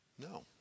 No